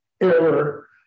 error